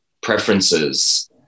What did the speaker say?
preferences